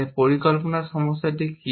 তাই পরিকল্পনা সমস্যা কি